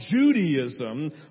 Judaism